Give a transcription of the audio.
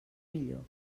millor